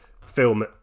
film